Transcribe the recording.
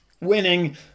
winning